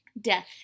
death